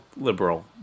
liberal